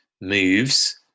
moves